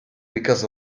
because